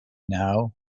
now